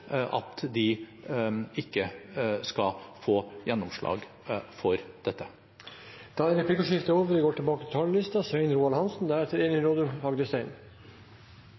at de ikke skal få gjennomslag for dette. Replikkordskiftet er